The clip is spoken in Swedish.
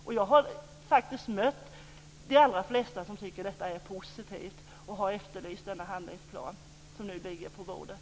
De allra flesta som jag har mött tycker att detta är positivt och har efterlyst den handlingsplan som nu ligger på bordet.